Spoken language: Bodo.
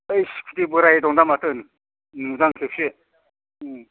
बै स्कुटि बोराय दंना माथो नुदों आं खेबसे